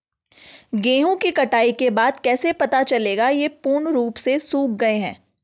गेहूँ की कटाई के बाद कैसे पता चलेगा ये पूर्ण रूप से सूख गए हैं?